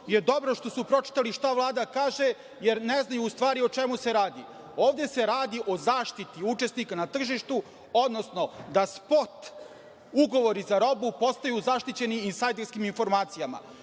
je dobro što su pročitali šta Vlada kaže, jer ne znaju u stvari o čemu se radi. Ovde se radi o zaštiti učesnika na tržištu, odnosno da spot, ugovori za robu postaju zaštićeni insajderskim informacijama.